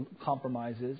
compromises